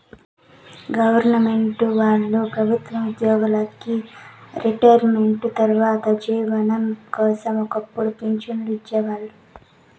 government వాళ్ళు ప్రభుత్వ ఉద్యోగులకి రిటైర్మెంటు తర్వాత జీవనం కోసం ఒక్కపుడు పింఛన్లు ఇచ్చేవాళ్ళు